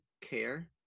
care